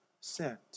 sent